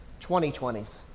2020s